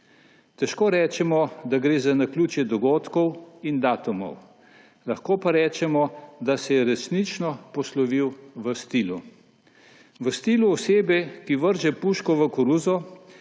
Težko rečemo, da gre za naključje dogodkov in datumov. Lahko pa rečemo, da se je resnično poslovil v stilu, v stilu osebe, ki vrže puško v koruzo,